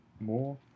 more